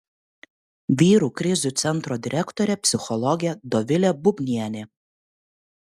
vyrų krizių centro direktorė psichologė dovilė bubnienė